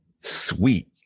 Sweet